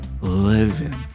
living